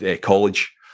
college